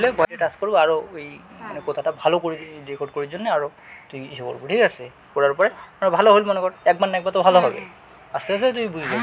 বাজারত ব্যাচাকেনা আর খানেক ক্ষেত্রত দেশি বাজারের উপুরা ভরসা করাং হই